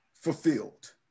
fulfilled